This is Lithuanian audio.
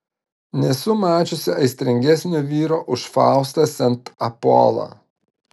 nesu mačiusi aistringesnio vyro už faustą sent apolą